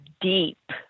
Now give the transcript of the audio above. deep